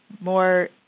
more